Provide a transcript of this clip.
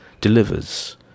delivers